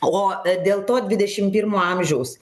o dėl to dvidešim pirmo amžiaus